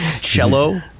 cello